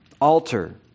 altar